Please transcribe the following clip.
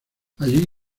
allí